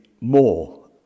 more